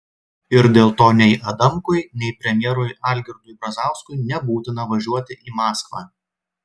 ir dėl to nei adamkui nei premjerui algirdui brazauskui nebūtina važiuoti į maskvą